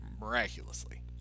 Miraculously